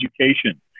education